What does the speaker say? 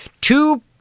two